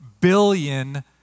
billion